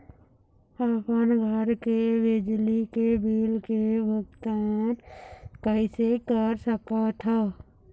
अपन घर के बिजली के बिल के भुगतान कैसे कर सकत हव?